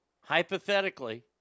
hypothetically